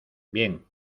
bien